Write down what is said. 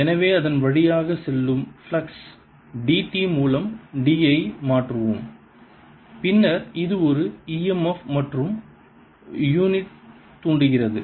எனவே அதன் வழியாக செல்லும் ஃப்ளக்ஸ் dt மூலம் d ஐ மாற்றுவோம் பின்னர் இது ஒரு emf மற்றும் யூனிட் தூண்டுகிறது